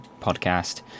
podcast